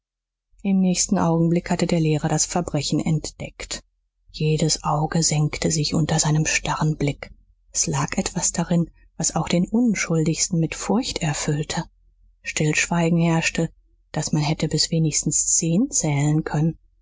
im nächsten augenblick hatte der lehrer das verbrechen entdeckt jedes auge senkte sich unter seinem starren blick es lag etwas darin was auch den unschuldigsten mit furcht erfüllte stillschweigen herrschte daß man hätte bis wenigstens zehn zählen können